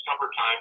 summertime